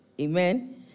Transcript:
Amen